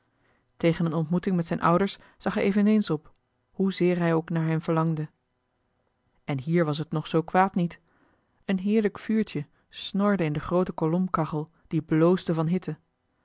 tegen eene ontmoeting met zijne ouders zag hij eveneens op hoezeer hij ook naar hen verlangde en hier was het nog zoo kwaad niet een heerlijk vuurtje snorde in de groote kolomkachel die bloosde van hitte